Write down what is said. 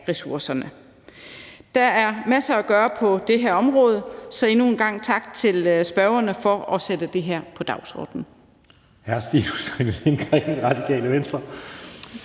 ressourcerne. Der er masser at gøre på det her område, så endnu en gang tak til forespørgerne for at sætte det her på dagsordenen.